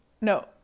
No